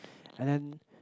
and then